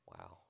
Wow